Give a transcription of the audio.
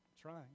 Trying